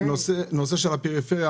לנושא הפריפריה.